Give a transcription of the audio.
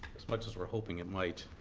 as much as we're hoping it might.